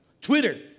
Twitter